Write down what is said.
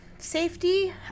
safety